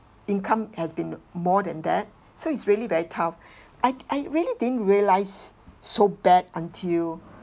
income has been more than that so it's really very tough I I really didn't realise so bad until